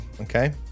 Okay